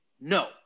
no